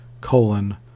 colon